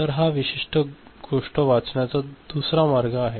तर हा विशिष्ट गोष्ट वाचण्याचा दुसरा मार्ग आहे